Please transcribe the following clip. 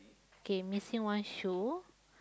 K missing one shoe